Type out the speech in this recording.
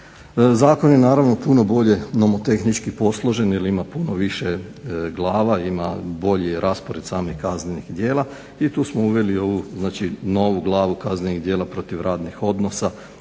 Zakon je naravno puno bolje nomotehnički posložen jer ima puno više glava, ima bolji raspored samih kaznenih djela i tu smo uveli ovu znači novu glavu kaznenih djela protiv radnih odnosa